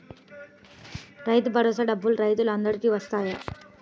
రైతు భరోసా డబ్బులు రైతులు అందరికి వస్తాయా?